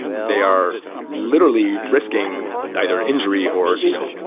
they are literally risking either injury or, you know,